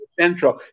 Central